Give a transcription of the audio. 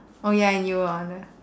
oh ya you are the